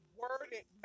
worded